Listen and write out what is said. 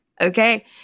okay